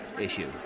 issue